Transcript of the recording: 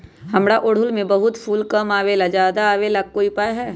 हमारा ओरहुल में बहुत कम फूल आवेला ज्यादा वाले के कोइ उपाय हैं?